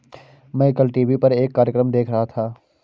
मैं कल टीवी पर एक कार्यक्रम देख रहा था